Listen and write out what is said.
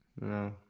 No